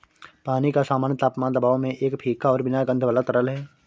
पानी का सामान्य तापमान दबाव में एक फीका और बिना गंध वाला तरल है